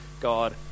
God